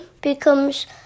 becomes